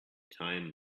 time